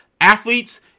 athletes